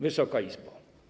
Wysoka Izbo!